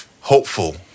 hopeful